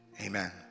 Amen